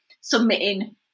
submitting